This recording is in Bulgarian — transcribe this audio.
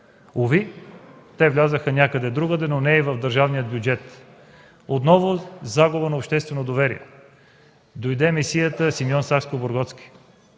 Уви, те влязоха някъде другаде, но не и в държавния бюджет. Отново загуба на обществено доверие. Дойде месията Симеон Сакскобургготски.